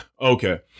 Okay